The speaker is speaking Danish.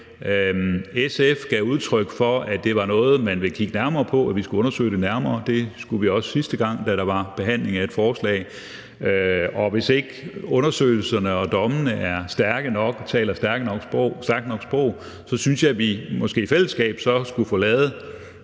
SF gav udtryk for, at det var noget, man ville kigge nærmere på, at vi skulle undersøge det nærmere, og det skulle vi også sidste gang, der var behandling af et lignende forslag. Og hvis ikke undersøgelserne og dommene er stærke nok og taler et stærkt nok sprog, synes jeg, vi måske så i fællesskab skulle få lavet